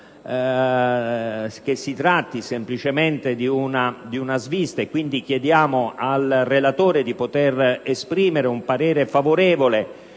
che si tratti semplicemente di una svista e pertanto chiediamo al relatore di poter esprimere un parere favorevole